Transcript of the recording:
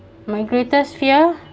my greatest fear